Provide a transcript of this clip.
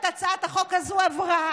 הצעת החוק הזאת עברה